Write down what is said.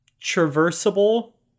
traversable